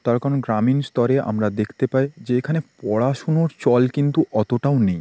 তার কারণ গ্রামীণ স্তরে আমরা দেখতে পাই যে এখানে পড়াশুনোর চল কিন্তু অতোটাও নেই